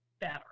better